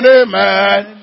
amen